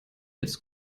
jetzt